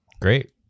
Great